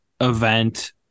event